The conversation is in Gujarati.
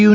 યુ